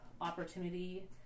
opportunity